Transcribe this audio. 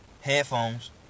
headphones